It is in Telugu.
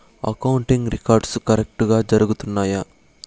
అకౌంటింగ్ రికార్డ్స్ కరెక్టుగా జరుగుతున్నాయా